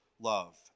Love